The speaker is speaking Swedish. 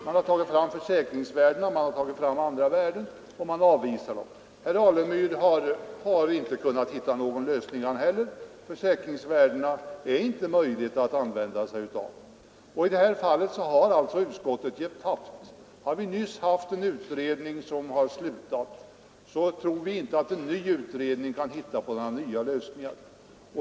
Man har tagit fram försäkringsvärdena, och man har tagit fram andra värden, och man avvisar tanken på att använda sig av dem. Inte heller herr Alemyr har kunnat hitta någon lösning; det är inte möjligt att använda sig av försäkringsvärdena. I detta fall har alltså utskottet givit tappt. Eftersom vi nyligen haft en utredning som slutfört sitt arbete på detta område tror vi inte att en ny utredning kan hitta några nya lösningar.